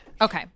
Okay